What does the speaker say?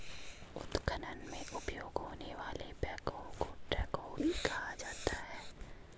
उत्खनन में उपयोग होने वाले बैकहो को ट्रैकहो भी कहा जाता है